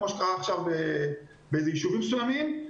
כמו שקרה עכשיו ביישובים מסוימים,